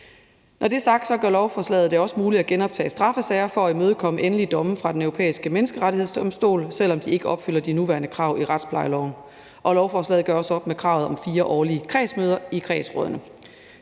Når det er sagt, gør lovforslaget det også muligt at genoptage straffesager for at imødekomme endelige domme fra Den Europæiske Menneskerettighedsdomstol, selv om de ikke opfylder de nuværende krav i retsplejeloven. Lovforslaget gør også op med kravet om fire årlige kredsmøder i kredsrådene.